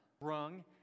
rung